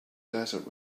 desert